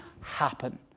happen